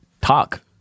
talk